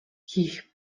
хийх